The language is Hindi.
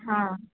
हाँ